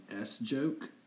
S-joke